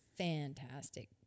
fantastic